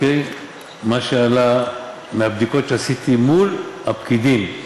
מה שעלה מהבדיקות שעשיתי מול הפקידים,